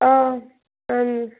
آ اَہَن حظ